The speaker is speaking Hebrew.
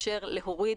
תאפשר להוריד